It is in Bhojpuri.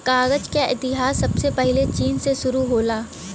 कागज क इतिहास सबसे पहिले चीन से शुरु होला